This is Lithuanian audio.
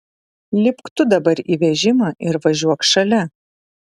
lipk tu dabar į vežimą ir važiuok šalia